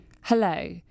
Hello